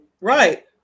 Right